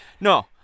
No